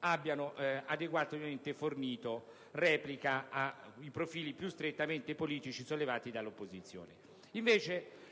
abbiano adeguatamente fornito replica ai profili più strettamente politici sollevati dall'opposizione.